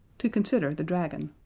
to consider the dragon.